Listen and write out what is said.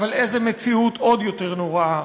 אבל איזו מציאות עוד יותר נוראה,